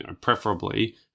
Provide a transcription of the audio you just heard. preferably